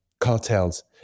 cartels